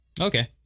Okay